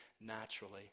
naturally